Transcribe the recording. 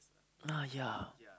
ah ya